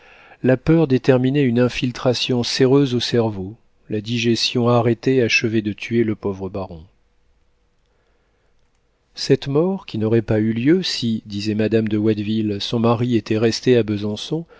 la peur déterminait une infiltration séreuse au cerveau la digestion arrêtée achevait de tuer le pauvre baron cette mort qui n'aurait pas eu lieu si disait madame de watteville son mari était resté à besançon